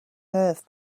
earth